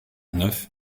neuf